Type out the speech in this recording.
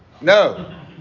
No